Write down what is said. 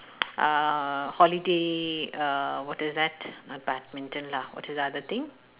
uh holiday uh what is that uh badminton lah what is the other thing